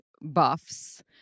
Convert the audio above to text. buffs